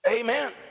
Amen